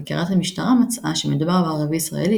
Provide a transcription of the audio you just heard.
חקירת המשטרה מצאה שמדובר בערבי ישראלי